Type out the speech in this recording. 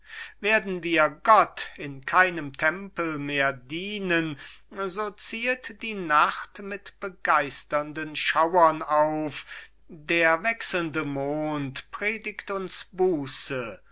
werden wir gott in keinem tempel mehr dienen so ziehet die nacht mit begeisterndem schauern auf der wechselnde mond predigt uns buße